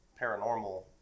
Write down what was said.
paranormal